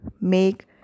make